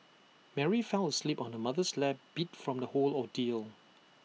Mary fell asleep on her mother's lap beat from the whole ordeal